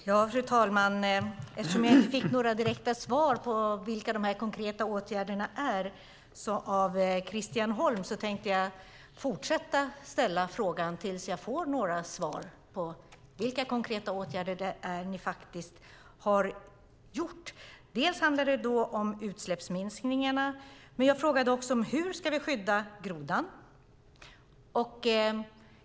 Fru talman! Eftersom jag inte fick några direkta svar av Christian Holm på vilka konkreta åtgärder ni har vidtagit tänkte jag fortsätta att ställa frågorna tills jag får några svar. Dels handlar det om utsläppsminskningarna, dels om hur vi ska skydda grodan.